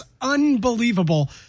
unbelievable